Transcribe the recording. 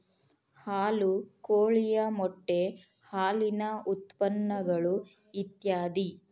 ಹಾಲು ಕೋಳಿಯ ಮೊಟ್ಟೆ ಹಾಲಿನ ಉತ್ಪನ್ನಗಳು ಇತ್ಯಾದಿ